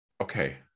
Okay